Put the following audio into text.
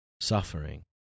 suffering